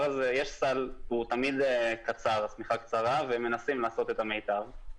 תמיד השמיכה קצרה ומנסים לעשות את המיטב.